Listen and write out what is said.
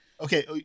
Okay